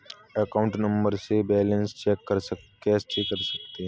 Account number से balance कैसे check करें?